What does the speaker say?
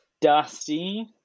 Dusty